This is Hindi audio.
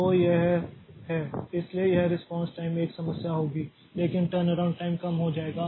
तो यह है इसलिए यह रेस्पॉन्स टाइम एक समस्या होगी लेकिन टर्नअराउंड टाइम कम हो जाएगा